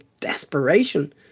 desperation